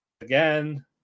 again